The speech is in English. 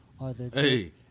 Hey